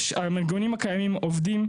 הארגונים הקיימים עובדים.